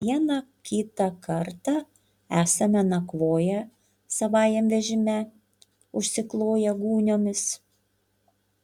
vieną kitą kartą esame nakvoję savajam vežime užsikloję gūniomis